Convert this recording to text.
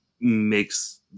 makes